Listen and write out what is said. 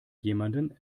jemanden